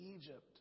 Egypt